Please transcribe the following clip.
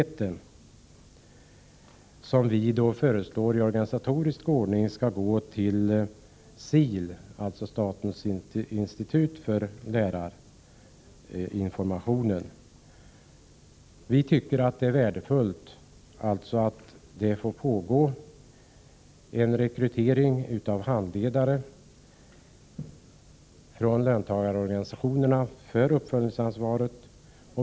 Det är ett anslag som vi föreslår i organisatorisk ordning skall gå till SIL, statens institut för läromedelsinformation. Vi tycker att det är värdefullt att det sker en rekrytering av handledare från löntagarorganisationerna för uppföljningsansvaret.